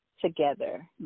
together